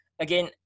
Again